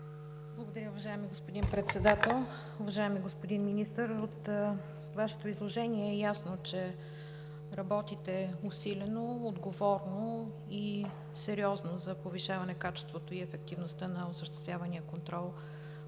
Благодаря, уважаеми господин Председател. Уважаеми господин Министър, от Вашето изложение е ясно, че работите усилено, отговорно и сериозно за повишаване качеството и ефективността на осъществявания контрол